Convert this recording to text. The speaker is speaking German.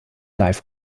live